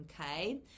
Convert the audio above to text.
Okay